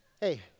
Hey